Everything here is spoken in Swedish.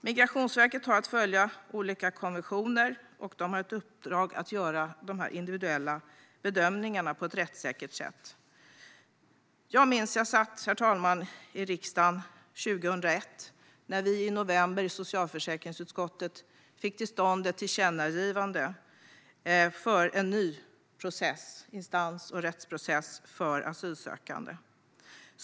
Migrationsverket har att följa olika konventioner och har i uppdrag att göra individuella bedömningar på ett rättssäkert sätt. Herr talman! Jag satt i riksdagen 2001 när vi i socialförsäkringsutskottet i november fick till stånd ett tillkännagivande för en ny instansordning och rättsprocess för asylsökande.